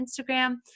Instagram